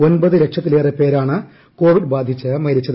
ഒൻപത് ലക്ഷത്തിലേറെ പേരാണ് കോവിഡ് ബാധിച്ച് മരിച്ചത്